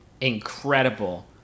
incredible